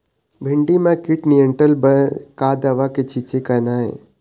भिंडी म कीट नियंत्रण बर का दवा के छींचे करना ये?